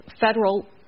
federal